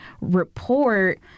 report